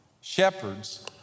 shepherds